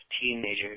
teenagers